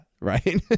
right